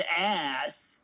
ass